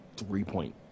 three-point